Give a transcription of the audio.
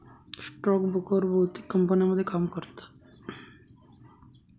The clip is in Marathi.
स्टॉक ब्रोकर बहुतेक कंपन्यांमध्ये काम करतात